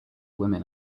women